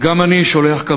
אז גם אני שולח,